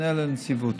תפנה לנציבות.